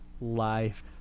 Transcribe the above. life